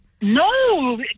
No